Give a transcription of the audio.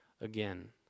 again